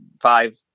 five